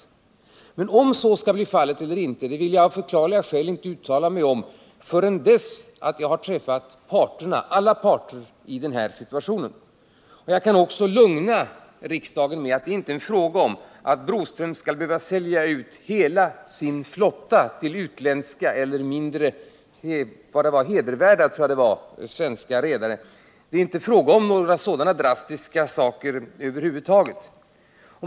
Om så skall ske i det nu aktualiserade fallet eller inte vill jag av förklarliga skäl inte uttala mig om förrän jag har träffat alla berörda parter. Jag kan också lugna riksdagens ledamöter med att det inte är fråga om att Broströms skall behöva sälja ut hela sin flotta till utländska eller mindre hedervärda, tror jag det var, svenska redare. Det är inte fråga om några sådana drastiska åtgärder över huvud taget.